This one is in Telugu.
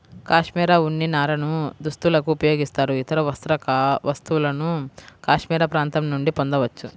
కాష్మెరె ఉన్ని నారను దుస్తులకు ఉపయోగిస్తారు, ఇతర వస్త్ర వస్తువులను కాష్మెరె ప్రాంతం నుండి పొందవచ్చు